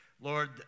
Lord